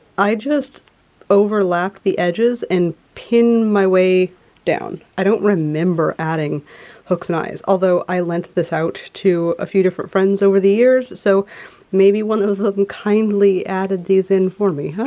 i just overlapped the edges and pinned my way down. i don't remember adding hooks and eyes. although i lent this out to a few different friends over the years, so maybe one of them kindly added these in for me. i